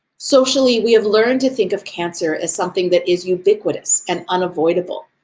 socially, we have learned to think of cancer as something that is ubiquitous and unavoidable.